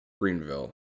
Greenville